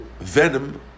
venom